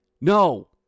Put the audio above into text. no